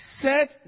set